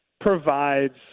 provides